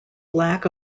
lack